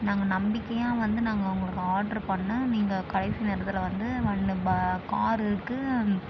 நாங்கள் நம்பிக்கையாக வந்து நாங்கள் உங்களுக்கு ஆர்டரு பண்ணிணா நீங்கள் கடைசி நேரத்தில் வந்து வன்னு பா காரிருக்கு